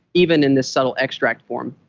even in this subtle extract form.